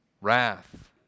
Wrath